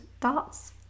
thoughts